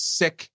sick